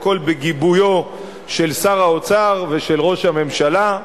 הכול בגיבוי של שר האוצר ושל ראש הממשלה.